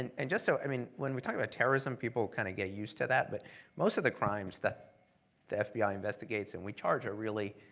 and and so i mean, when we talk about terrorism people kind of get used to that, but most of the crimes that the fbi investigates, and we charge really